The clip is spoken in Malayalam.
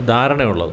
ധാരണയുള്ളത്